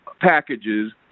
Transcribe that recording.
packages